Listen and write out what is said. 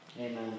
amen